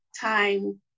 time